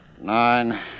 nine